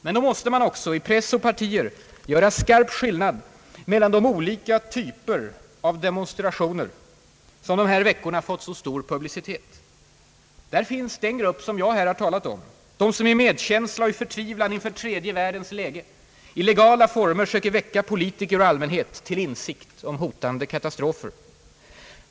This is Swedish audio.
Men då måste man också i press och partier göra skarp skillnad mellan de olika typer av demonstrationer som dessa veckor har fått så stor publicitet. Där finns den grupp som jag här har talat om; den som i medkänsla och förtvivlan inför tredje världens läge i legala former söker väcka politiker och allmänhet till insikt om hotande katastrofer.